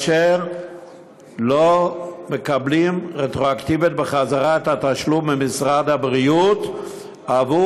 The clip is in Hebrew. ולא מקבלים רטרואקטיבית בחזרה את התשלום ממשרד הבריאות עבור